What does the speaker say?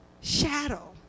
shadow